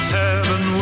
heaven